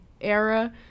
era